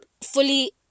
fully